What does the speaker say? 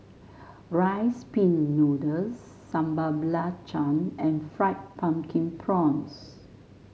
Rice Pin Noodles Sambal Belacan and Fried Pumpkin Prawns